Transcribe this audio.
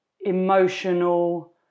emotional